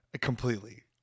Completely